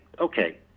okay